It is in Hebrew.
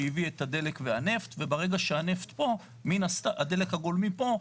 שהביא את הדלק והנפט וברגע שהדלק הגולמי פה,